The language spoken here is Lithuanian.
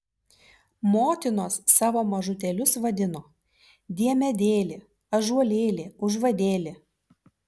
motinos savo mažutėlius vadino diemedėli ąžuolėli užvadėli